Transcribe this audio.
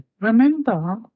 Remember